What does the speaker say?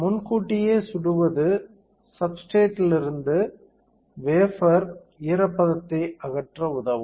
முன்கூட்டியே சுடுவது சப்ஸ்டிரேட்றிலிருந்து இருந்து வேஃபர் ஈரப்பதத்தை அகற்ற உதவும்